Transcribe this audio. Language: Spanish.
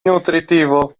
nutritivo